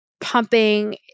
pumping